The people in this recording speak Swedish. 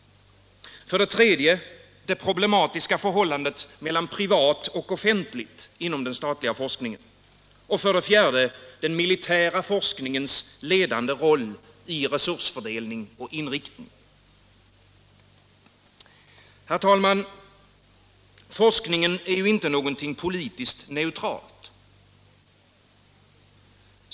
För det tredje det problematiska förhållandet mellan privat och offentligt i den statliga forskningen. För det fjärde militärforskningens ledande roll i resursfördelning och inriktning. Herr talman! Forskningen är inte något politiskt neutralt.